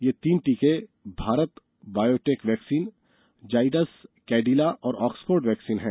ये तीन टीके भारत बायोटेक वैक्सीन जाइडस कैडिला और ऑक्सफोर्ड वैक्सीन है